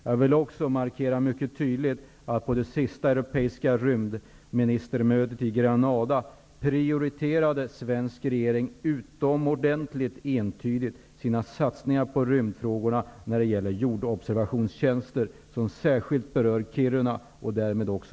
Jag vill också markera mycket tydligt, att på det senaste europeiska rymdministermötet, i Granada, prioriterade den svenska regeringen utomordentligt entydigt sina satsningar på rymdfrågorna avseende jordobservationstjänster, som särskilt berör Kiruna och därmed också